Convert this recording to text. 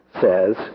says